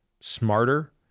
smarter